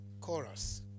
chorus